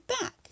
back